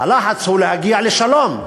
הלחץ הוא להגיע לשלום,